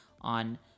on